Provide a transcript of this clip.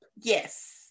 yes